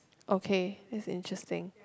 okay that's interesting